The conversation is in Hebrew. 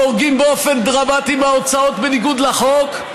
חורגים באופן דרמטי מההוצאות בניגוד לחוק,